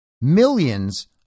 millions